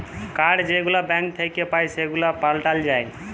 card যেগুলা bank থ্যাইকে পাই সেগুলাকে পাল্টাল যায়